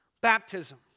baptism